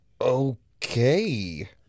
Okay